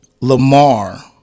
Lamar